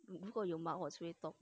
如果有毛我就会动